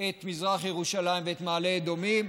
עם הגדר את מזרח ירושלים ואת מעלה אדומים,